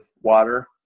water